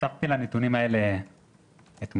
נחשפתי לנתונים האלה אתמול,